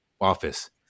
office